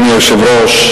אדוני היושב-ראש,